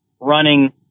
running